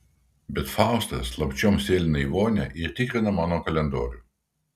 bet faustas slapčiom sėlina į vonią ir tikrina mano kalendorių